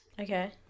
okay